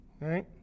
Right